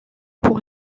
pour